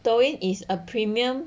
抖音 is a premium